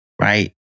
Right